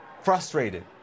frustrated